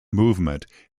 movement